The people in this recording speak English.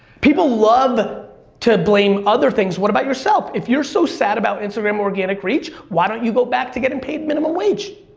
people love to blame other things. what about yourself? if you're so sad about instagram organic reach, why don't you go back to getting paid minimum wage?